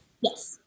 Yes